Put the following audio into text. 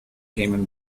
cayman